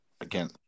Again